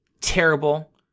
terrible